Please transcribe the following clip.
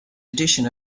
edition